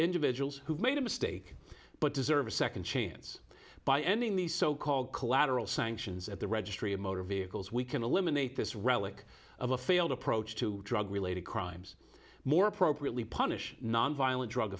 individuals who made a mistake but deserve a second chance by ending these so called collateral sanctions at the registry of motor vehicles we can eliminate this relic of a failed approach to drug related crimes more appropriately punish nonviolent drug